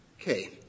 Okay